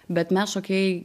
bet mes šokėjai